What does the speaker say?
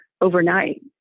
overnight